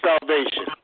salvation